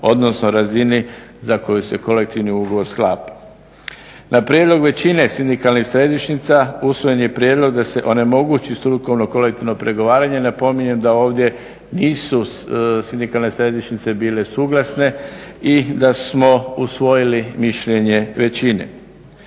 odnosno razini za koju se kolektivni ugovor sklapa. Na prijedlog većine sindikalnih središnjica usvojen je prijedlog da se onemogući strukovno kolektivno pregovaranje, napominjem da ovdje nisu sindikalne središnjice bile suglasne i da smo usvojili mišljenje većine.